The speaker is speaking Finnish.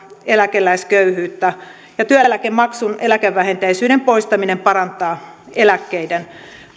eläkeläisköyhyyttä ja työeläkemaksun eläkevähenteisyyden poistaminen parantaa eläkkeiden